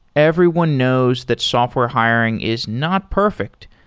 everyone knows that software hiring is not perfect,